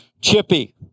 Chippy